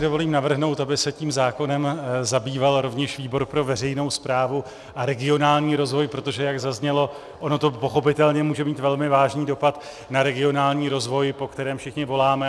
Dovolím si navrhnout, aby se tím zákonem zabýval rovněž výbor pro veřejnou správu a regionální rozvoj, protože jak zaznělo, ono to pochopitelně může mít velmi vážný dopad na regionální rozvoj, po kterém všichni voláme.